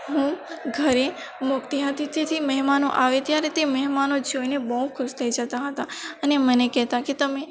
હું ઘરે મુકતી હતી તેથી મહેમાનો આવે ત્યારે તે મહેમાનો જોઈને બહુ ખુશ થઈ જતા હતા અને મને કહેતા કે તમે